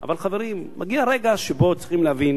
אבל, חברים, מגיע רגע שבו צריכים להבין